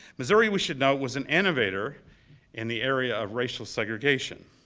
missouri, we should note, was an innovator in the area of racial segregation.